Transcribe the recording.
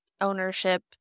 ownership